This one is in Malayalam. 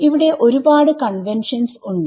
ഇവിടെ ഒരുപാട് കൺവെൻഷൻസ് ഉണ്ട്